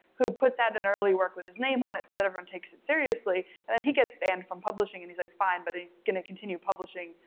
who puts out an early work with his name on it so that everyone takes it seriously, and then he gets banned from publishing, and he's like, fine, but he's gonna continue publishing,